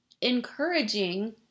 encouraging